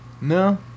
No